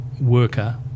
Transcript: worker